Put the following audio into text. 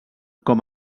com